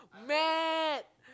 mad